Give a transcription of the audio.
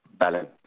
balance